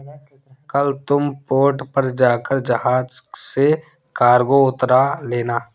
कल तुम पोर्ट पर जाकर जहाज से कार्गो उतरवा लेना